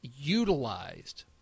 utilized